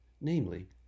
namely